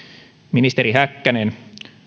ministeri häkkänen